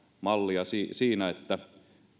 mallia siinä siinä että